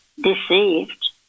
deceived